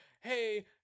hey